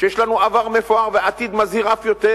שיש לנו עבר מפואר ועתיד מזהיר אף יותר,